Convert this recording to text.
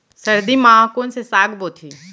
सर्दी मा कोन से साग बोथे?